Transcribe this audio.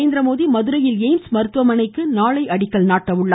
நரேந்திரமோடி மதுரையில் எய்ம்ஸ் மருத்துவமணைக்கு நாளை அடிக்கல் நாட்டுகிறார்